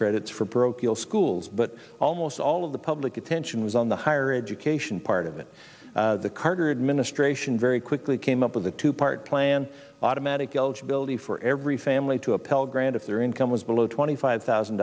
credits for parochial schools but almost all of the public attention was on the higher education part of it the carter administration very quickly came up with a two part plan automatic eligibility for every family to a pell grant if their income was below twenty five thousand